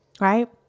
Right